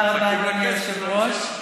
תודה רבה, אדוני היושב-ראש.